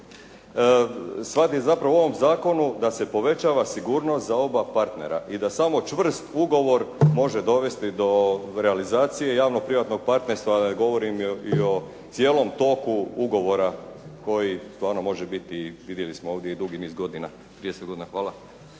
bi shvatiti u ovom zakonu da se povećava sigurnost za oba partnera i da samo čvrst ugovor može dovesti do realizacije javno-privatnog partnerstva, da ne govorim i o cijelom toku ugovora koji uglavnom može biti, vidjeli smo ovdje, 30 godina, hvala.